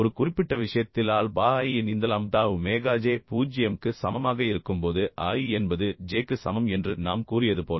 ஒரு குறிப்பிட்ட விஷயத்தில் ஆல்பா i இன் இந்த லாம்ப்டா ஒமேகா j 0 க்கு சமமாக இருக்கும்போது i என்பது j க்கு சமம் என்று நாம் கூறியது போல